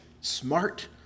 smart